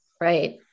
Right